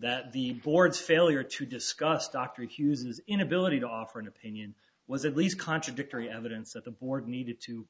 that the board's failure to discuss dr hughes his inability to offer an opinion was at least contradictory evidence that the board needed to